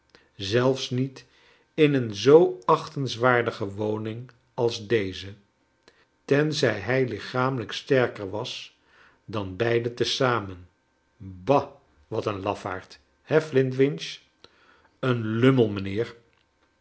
s niet in een z oo achtens waardige woning als deze tenzij hij lichamelijk sterker was dan beiden te zamen ba wat een iafaard he flintwinch een lummel